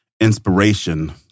inspiration